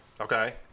okay